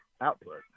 output